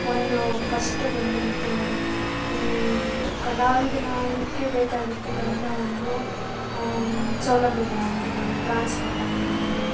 ಒಂದು ಫರ್ಸ್ಟ್ ಬಂದುಬಿಟ್ಟು ಈ ಕಲಾವಿದನಾಗಲಿಕ್ಕೆ ಬೇಕಾಗಿರತಕ್ಕಂಥ ಒಂದು ಸೌಲಭ್ಯಗಳಾಗಿರ್ಬೋದು ಟ್ರಾನ್ಸ್ಪೋರ್ಟಾಗಿರ್ಬೋದು